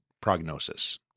prognosis